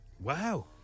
Wow